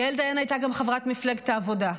יעל דיין הייתה גם חברת מפלגת העבודה,